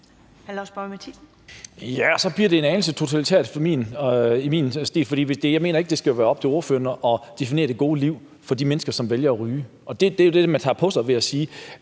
så bliver det en anelse for totalitært efter min smag. For jeg mener ikke, at det skal være op til ordføreren at definere det gode liv for de mennesker, der vælger at ryge. Og det er jo det, man tager på sig ved at sige,